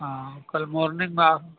ہاں کل مارنگ میں آپ